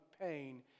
pain